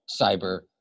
cyber